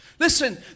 Listen